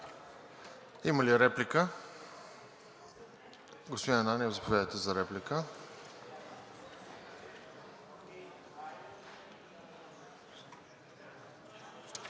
Има ли реплика? Господин Ананиев, заповядайте за реплика.